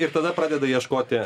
ir tada pradeda ieškoti